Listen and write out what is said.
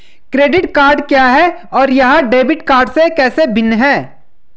Credit card क्या है और यह डेबिट कार्ड से कैसे भिन्न है?